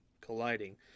colliding